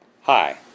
Hi